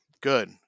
Good